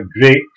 great